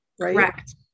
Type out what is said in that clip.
Correct